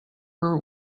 her